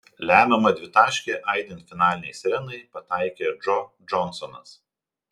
lemiamą dvitaškį aidint finalinei sirenai pataikė džo džonsonas